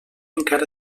encara